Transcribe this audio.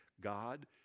God